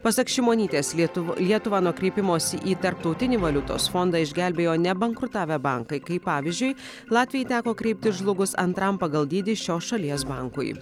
pasak šimonytės lietuva lietuvą nuo kreipimosi į tarptautinį valiutos fondą išgelbėjo ne bankrutavę bankai kaip pavyzdžiui latvijai teko kreiptis žlugus antram pagal dydį šios šalies bankui